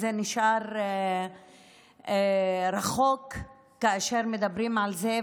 זה נשאר רחוק כאשר מדברים על זה,